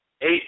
eight